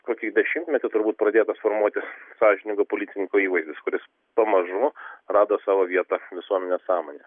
kokį dešimtmetį turbūt pradėtas formuotis sąžiningo policininko įvaizdis kuris pamažu rado savo vietą visuomenės sąmonėje